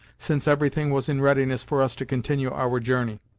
since everything was in readiness for us to continue our journey.